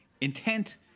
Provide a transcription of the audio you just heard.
intent